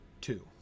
two